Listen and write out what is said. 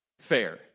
fair